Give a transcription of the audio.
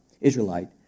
Israelite